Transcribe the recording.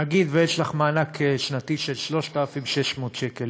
נגיד שיש לך מענק שנתי של 3,600 שקל,